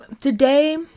today